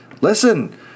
Listen